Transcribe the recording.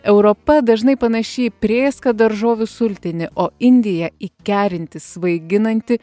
europa dažnai panaši į prėską daržovių sultinį o indija į kerintį svaiginantį